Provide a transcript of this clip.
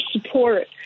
support